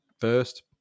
first